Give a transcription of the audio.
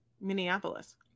Minneapolis